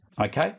Okay